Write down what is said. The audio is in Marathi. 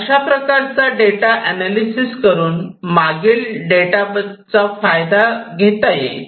अशा प्रकारचा डेटा अनालिसेस करून मागील डेटा बद्दल चा फायदा घेता येईल